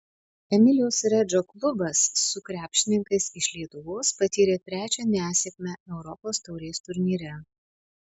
emilijos redžo klubas su krepšininkais iš lietuvos patyrė trečią nesėkmę europos taurės turnyre